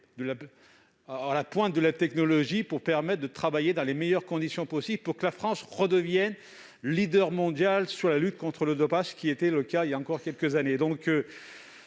à la pointe de la technologie, afin de permettre un travail dans les meilleures conditions possible, pour que la France redevienne le leader mondial en matière de lutte contre le dopage, ce qui était le cas il y a encore quelques années.